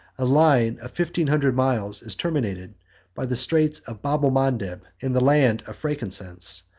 a line of fifteen hundred miles is terminated by the straits of bebelmandel and the land of frankincense.